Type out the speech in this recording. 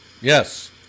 Yes